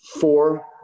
four